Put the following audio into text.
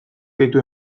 gaitu